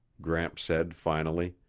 gramps said finally.